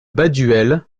baduel